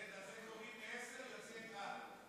עודד, לזה קוראים מעשרה יוצא אחד.